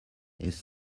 his